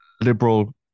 liberal